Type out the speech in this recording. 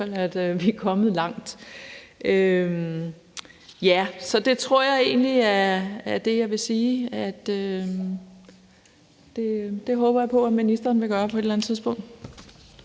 vi er kommet langt. Det tror jeg egentlig var det, jeg vil sige, altså at jeg håber på, at ministeren vil gøre det på et eller andet tidspunkt.